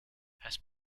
has